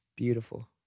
Beautiful